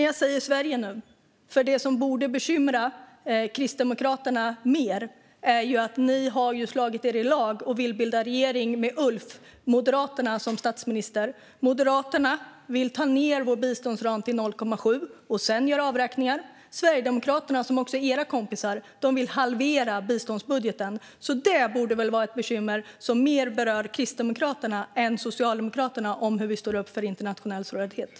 Jag säger Sverige nu, för det som borde bekymra Kristdemokraterna mer, Gudrun Brunegård, är att ni har slagit er i lag med och vill bilda regering med Moderaterna, med Ulf som statsminister. Moderaterna vill ta ned vår biståndsram till 0,7 och sedan göra avräkningar. Sverigedemokraterna, som också är era kompisar, vill halvera biståndsbudgeten. Detta borde vara ett bekymmer som berör Kristdemokraterna mer än hur Socialdemokraterna står upp för internationell solidaritet.